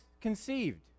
conceived